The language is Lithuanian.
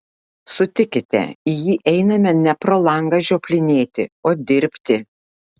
sutikite į jį einame ne pro langą žioplinėti o dirbti